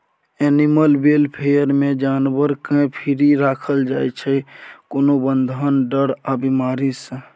animal welfare मे जानबर केँ फ्री राखल जाइ छै कोनो बंधन, डर आ बेमारी सँ